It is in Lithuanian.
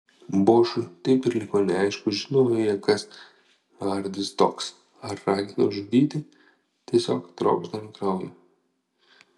bošui taip ir liko neaišku žinojo jie kas hardis toks ar ragino žudyti tiesiog trokšdami kraujo